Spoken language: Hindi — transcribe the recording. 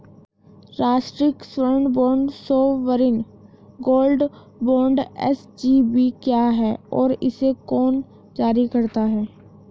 राष्ट्रिक स्वर्ण bond sovereign gold bond SGB क्या है और इसे कौन जारी करता है?